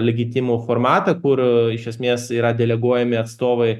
legitimų formatą kur iš esmės yra deleguojami atstovai